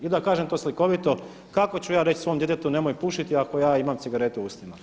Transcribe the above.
Ili da kažem to slikovito, kako ću ja reći svom djetetu nemoj pušiti ako ja imam cigaretu u ustima.